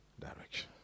direction